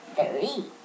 three